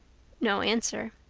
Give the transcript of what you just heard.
no answer.